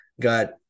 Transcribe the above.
got